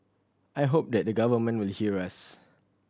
I hope that the government will hear us